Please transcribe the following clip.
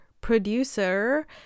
producer